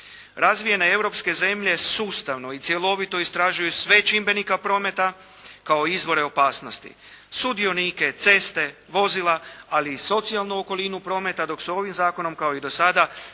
Razvijene europske zemlje sustavno i cjelovito istražuju sve čimbenike prometa kao izvore opasnosti. Sudionike, ceste, vozila ali i socijalnu okolinu prometa, dok se ovim zakonom kao i do sada sve svaljuje